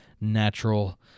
natural